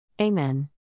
Amen